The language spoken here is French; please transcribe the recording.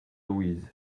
louise